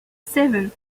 seven